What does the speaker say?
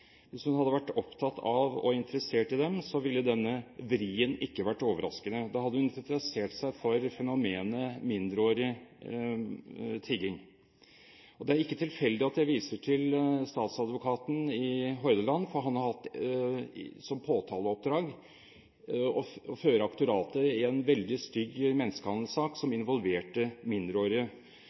hadde vært opptatt av og interessert i dem, ville ikke denne vrien vært overraskende. Da hadde hun interessert seg for fenomenet mindreårige tiggere. Det er ikke tilfeldig at jeg viser til Statsadvokaten i Hordaland, for han har hatt som påtaleoppdrag å føre aktoratet i en veldig stygg menneskehandelssak som involverte mindreårige.